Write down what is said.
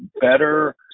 better